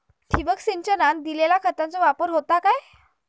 ठिबक सिंचनान दिल्या खतांचो उपयोग होता काय?